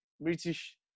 British